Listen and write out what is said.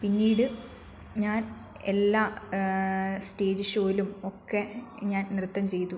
പിന്നീട് ഞാൻ എല്ലാ സ്റ്റേജ് ഷോയിലും ഒക്കെ ഞാൻ നൃത്തം ചെയ്തു